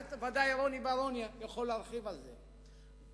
ודאי רוני בר-און יכול להרחיב על זה,